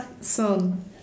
Son